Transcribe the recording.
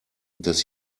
dass